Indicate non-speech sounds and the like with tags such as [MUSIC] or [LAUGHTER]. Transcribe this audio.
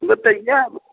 [UNINTELLIGIBLE]